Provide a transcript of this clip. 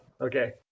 okay